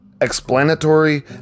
explanatory